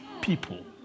people